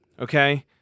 Okay